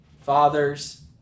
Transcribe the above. fathers